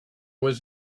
was